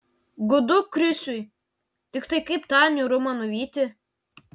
gūdu krisiui tiktai kaip tą niūrumą nuvyti